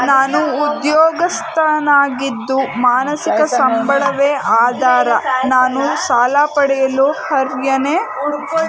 ನಾನು ಉದ್ಯೋಗಸ್ಥನಾಗಿದ್ದು ಮಾಸಿಕ ಸಂಬಳವೇ ಆಧಾರ ನಾನು ಸಾಲ ಪಡೆಯಲು ಅರ್ಹನೇ?